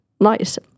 nice